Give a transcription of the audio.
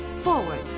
forward